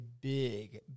big